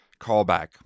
callback